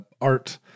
art